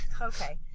Okay